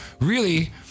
really-